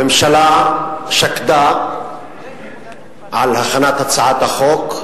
הממשלה שקדה על הכנת הצעת החוק,